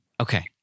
Okay